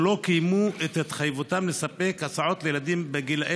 שלא קיימו את התחייבותם לספק הסעות לילדים בגילי